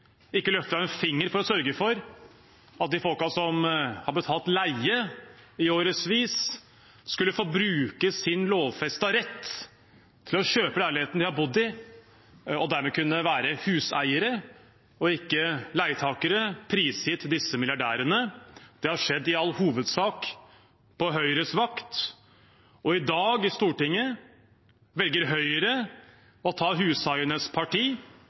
ikke løftet en finger for å sørge for at de folkene som har betalt leie i årevis, skulle få bruke sin lovfestete rett til å kjøpe leiligheten de har bodd i, og dermed kunne være huseiere og ikke leietakere prisgitt disse milliardærene. Det har skjedd i all hovedsak på Høyres vakt, og i Stortinget i dag velger Høyre å ta hushaienes parti,